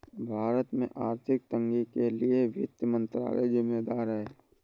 भारत में आर्थिक तंगी के लिए वित्त मंत्रालय ज़िम्मेदार है